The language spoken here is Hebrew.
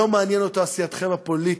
לא מעניינת אותו עשייתכם הפוליטית.